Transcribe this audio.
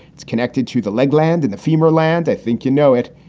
it's connected to the legoland and the fema land. i think you know it.